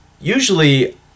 usually